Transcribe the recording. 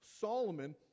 Solomon